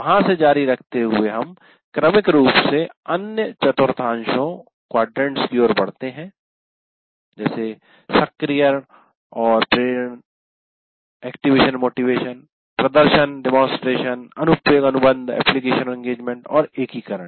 वहां से जारी रखते हुए हम क्रमिक रूप से अन्य चतुर्थांशो की ओर बढ़ते हैं सक्रियण और प्रेरणा प्रदर्शन अनुप्रयोगअनुबंध applicationengagement और एकीकरण